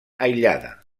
aïllada